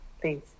please